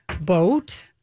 boat